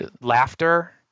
laughter